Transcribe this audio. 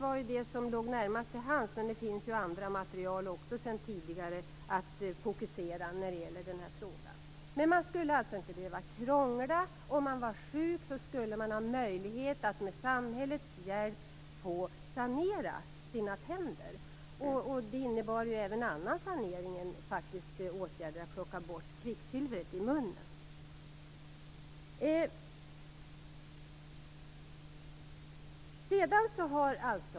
Amalgamet var det som låg närmast till hands, men det finns sedan tidigare också andra material att fokusera på. Om man var sjuk skulle man ha möjlighet att med samhällets hjälp få sanera sina tänder. Det innebar även annan sanering än åtgärden att plocka bort kvicksilvret ur munnen.